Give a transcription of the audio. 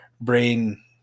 brain